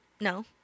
No